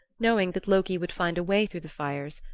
knowing that loki would find a way through the fires,